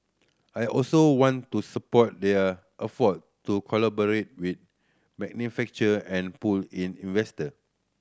I also want to support their to collaborate with manufacturer and pull in investor